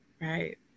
Right